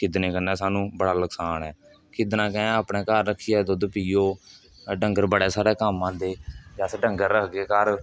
खिद्धने कन्नै सानूं बड़ा नकसान ऐ खिद्धना कैंह् अपने घर रक्खियै दुद्ध पियो डंगर बड़ा सारा कम्म आंदे ते अस डंगर रखगे घर